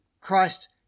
Christ